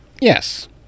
yes